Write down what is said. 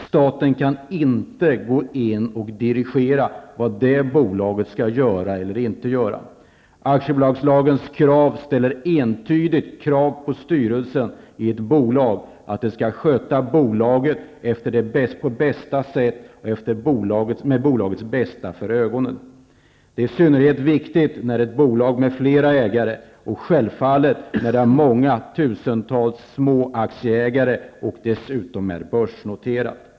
Staten kan inte gå in och dirigera vad bolaget skall göra eller inte göra. Aktiebolagslagen ställer entydigt krav på styrelsen i ett bolag att sköta bolaget på bästa sätt och med bolagets bästa för ögonen. Det är i synnerhet viktigt när det är ett bolag med flera ägare och självfallet när det finns många tusentals små aktieägare och företaget dessutom är börsnoterat.